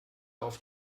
auf